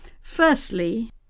Firstly